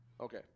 Okay